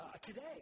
today